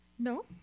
No